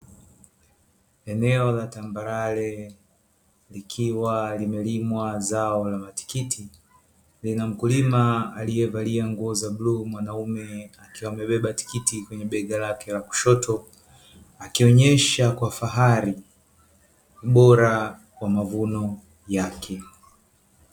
Eneo la tambarare, likiwa limelimwa zao la matikiti, lenye mkulima aliye valia nguo za bluu. Mwanaume akiwa amebeba tikiti kwenye bega lake la kushoto, akionesha kwa fahari ubora wa mavuno yake.